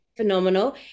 Phenomenal